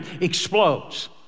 explodes